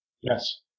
Yes